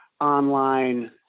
online